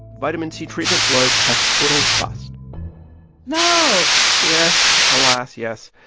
vitamin c treatment was a total bust no yes. alas, yes.